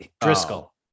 driscoll